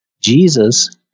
Jesus